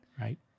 right